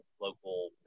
local